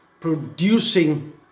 producing